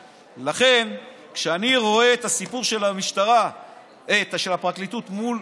לכן, כשאני רואה את הסיפור של הפרקליטות מול